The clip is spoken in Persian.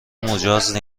مجاز